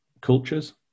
cultures